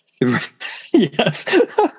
Yes